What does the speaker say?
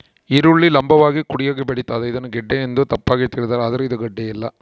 ಈರುಳ್ಳಿ ಲಂಭವಾಗಿ ಕುಡಿಯಾಗಿ ಬೆಳಿತಾದ ಇದನ್ನ ಗೆಡ್ಡೆ ಎಂದು ತಪ್ಪಾಗಿ ತಿಳಿದಾರ ಆದ್ರೆ ಇದು ಗಡ್ಡೆಯಲ್ಲ